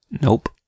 Nope